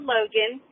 Logan